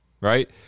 Right